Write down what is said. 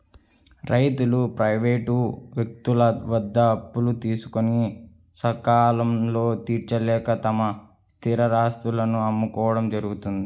రైతులు ప్రైవేటు వ్యక్తుల వద్ద అప్పులు తీసుకొని సకాలంలో తీర్చలేక తమ స్థిరాస్తులను అమ్ముకోవడం జరుగుతోంది